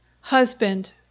Husband